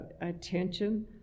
attention